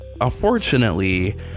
unfortunately